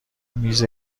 میز